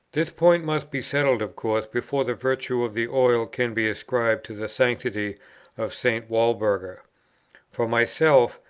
this point must be settled of course before the virtue of the oil can be ascribed to the sanctity of st. walburga for myself,